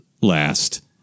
last